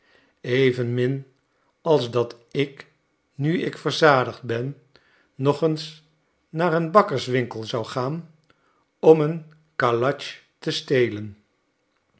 evenmin als dat ik nu ik verzadigd ben nog eens naar een bakkerswinkel zou gaan om een kalatsch te stelen